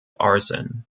arson